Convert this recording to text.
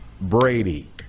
Brady